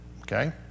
okay